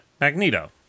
Magneto